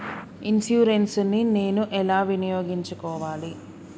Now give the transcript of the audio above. Insurance ని నేను ఎలా వినియోగించుకోవాలి?